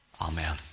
Amen